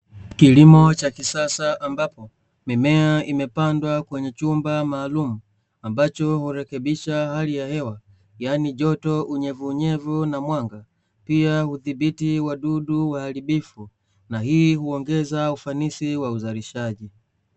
Kilimo cha kisasa ambapo mimea imepandwa kwenye chumba maalumu ambacho hurukebisha hali ya hewa, yani joto unyevuunyevu na mwanga pia huzuia uharibifu wa wadudu hii uongeza ufanisi uzalishaji.